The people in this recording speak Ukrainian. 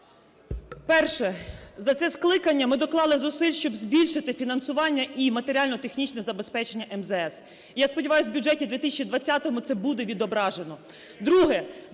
Перше. За це скликання ми доклали зусиль, щоб збільшити фінансування і матеріально-технічне забезпечення МЗС. Я сподіваюсь, в бюджеті 2020 це буде відображено.